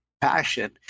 passion